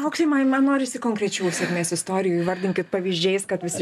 aukse man man norisi konkrečių sėkmės istorijų įvardinkit pavyzdžiais kad visi